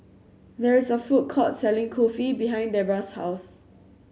there is a food court selling Kulfi behind Debora's house